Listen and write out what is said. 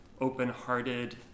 open-hearted